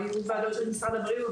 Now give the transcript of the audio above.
היו ועדות של משרד הבריאות.